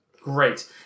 great